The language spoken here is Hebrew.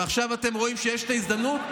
ועכשיו אתם רואים שיש את ההזדמנות,